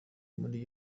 muri